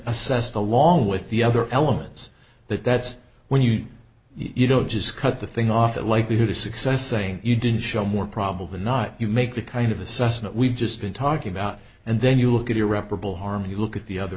assessed along with the other elements that that's when you you don't just cut the thing off the likelihood of success saying you didn't show more probable than not you make the kind of assessment we've just been talking about and then you look at irreparable harm you look at the other